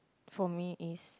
for me is